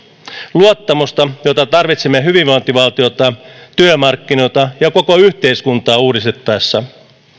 luottamusta jota tarvitsemme hyvinvointivaltiota työmarkkinoita ja koko yhteiskuntaa uudistettaessa